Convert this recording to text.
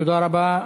תודה רבה.